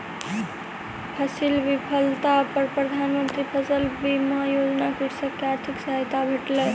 फसील विफलता पर प्रधान मंत्री फसल बीमा योजना सॅ कृषक के आर्थिक सहायता भेटलै